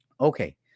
Okay